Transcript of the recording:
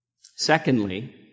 Secondly